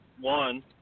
one